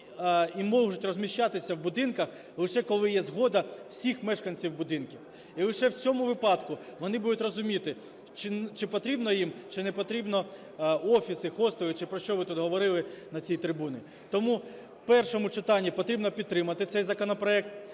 і можуть розміщатися в будинках, лише коли є згода всіх мешканців будинку. І лише в цьому випадку вони будуть розуміти, чи потрібно їм, чи не потрібно офіси, хостели чи про що ви тут говорили на цій трибуні. Тому в першому читанні потрібно підтримати цей законопроект.